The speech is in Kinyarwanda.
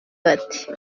bati